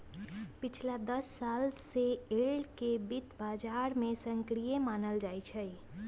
पिछला दस साल से यील्ड के वित्त बाजार में सक्रिय मानल जाहई